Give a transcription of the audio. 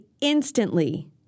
instantly